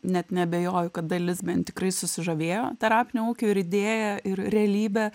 net neabejoju kad dalis bent tikrai susižavėjo terapinio ūkio ir idėja ir realybe